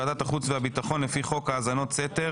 וועדת החוץ והביטחון לפי חוק האזנות סתר: